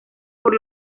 por